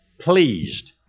pleased